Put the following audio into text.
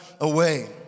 away